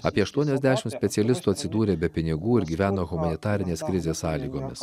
apie aštuoniasdešimt specialistų atsidūrė be pinigų ir gyveno humanitarinės krizės sąlygomis